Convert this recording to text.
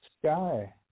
Sky